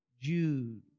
Jude